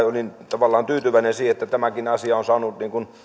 olin tavallaan tyytyväinen siihen että tämäkin asia on saanut